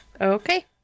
Okay